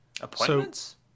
appointments